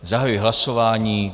Zahajuji hlasování.